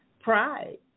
pride